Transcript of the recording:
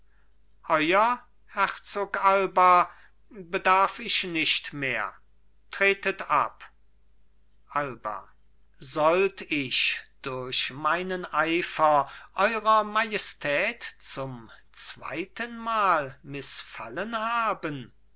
herzog alba bedarf ich nicht mehr tretet ab alba sollt ich durch meinen eifer eurer majestät zum zweitenmal mißfallen haben